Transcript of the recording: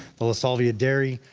the lasalvia dairy,